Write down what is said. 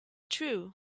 true